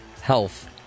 health